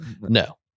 No